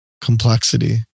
complexity